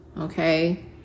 okay